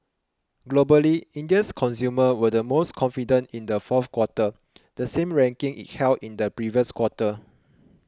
globally India's consumers were the most confident in the fourth quarter the same ranking it held in the previous quarter